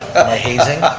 a hazing.